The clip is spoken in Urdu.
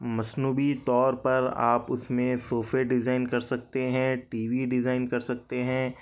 مصنوعی طور پر آپ اس میں سوفے ڈیزائن کر سکتے ہیں ٹی وی ڈیزائن کر سکتے ہیں